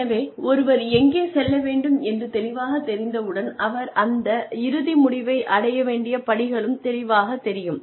எனவே ஒருவர் எங்கே செல்ல வேண்டும் என்று தெளிவாகத் தெரிந்தவுடன் அவர் அந்த இறுதி முடிவை அடைய வேண்டிய படிகளும் தெளிவாகத் தெரியும்